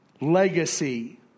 legacy